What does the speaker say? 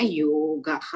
yoga